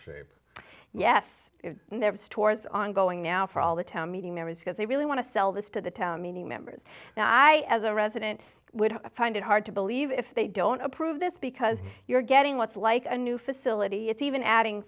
shape yes there are stores ongoing now for all the town meeting marriage because they really want to sell this to the town meeting members and i as a resident would find it hard to believe if they don't approve this because you're getting what's like a new facility it's even adding